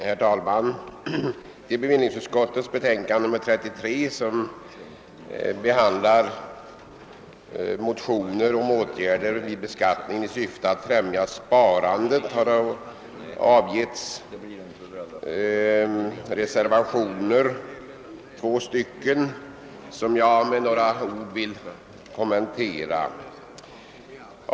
Herr talman! Vid bevillningsutskottets betänkande nr 33, i vilket behandlas motioner om åtgärder vid beskattningen i syfte att främja sparandet, har fogats två reservationer som jag med några ord vill kommentera.